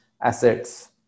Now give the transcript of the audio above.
assets